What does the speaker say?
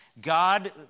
God